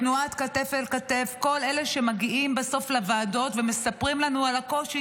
תנועת "כתף אל כתף" כל אלה שמגיעים בסוף לוועדות ומספרים לנו על הקושי